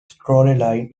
storyline